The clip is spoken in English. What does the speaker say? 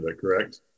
correct